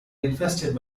infested